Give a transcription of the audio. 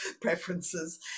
preferences